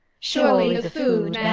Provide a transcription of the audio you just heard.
surely the food